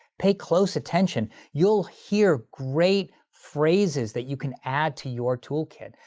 pay close attention. you'll hear great phrases that you can add to your toolkit.